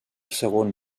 segon